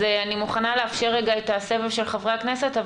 אז אני מוכנה לאפשר את הסבב של חברי הכנסת,